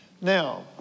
Now